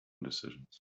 decisions